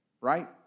right